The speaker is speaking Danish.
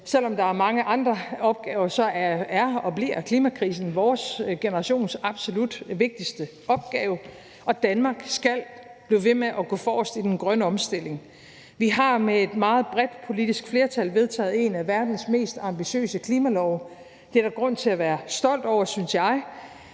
selv om der er mange andre opgaver, er og bliver klimakrisen vores generations absolut vigtigste opgave, og Danmark skal blive ved med at gå forrest i den grønne omstilling. Vi har med et meget bredt politisk flertal vedtaget en af verdens mest ambitiøse klimalove. Det er der grund til være stolt over, synes jeg,